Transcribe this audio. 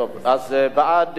להעביר את הנושא לוועדת החינוך,